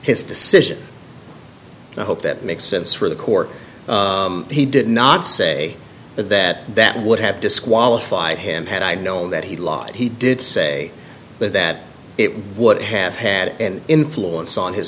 his decision i hope it makes sense for the court he did not say that that would have disqualified him had i known that he lied he did say but that it would have had an influence on his